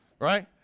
right